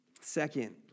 Second